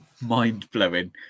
mind-blowing